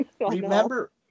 Remember